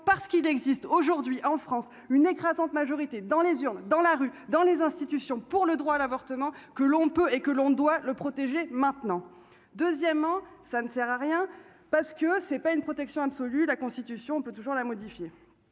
parce qu'il existe aujourd'hui en France une écrasante majorité dans les urnes dans la rue, dans les institutions pour le droit à l'avortement que l'on peut et que l'on doit le protéger maintenant, deuxièmement, ça ne sert à rien, parce que c'est pas une protection absolue la constitution, on peut toujours la modifier,